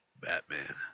Batman